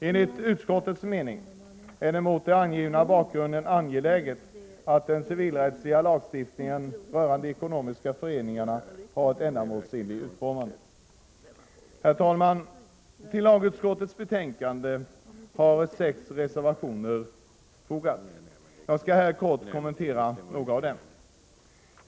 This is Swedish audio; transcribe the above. Enligt utskottets mening är det mot den angivna bakgrunden angeläget att den civilrättsliga lagstiftningen rörande de ekonomiska föreningarna har en ändamålsenlig utformning. Herr talman! Till lagutskottets betänkande har sex reservationer fogats, och jag skall här kort kommentera några av dem.